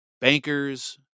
bankers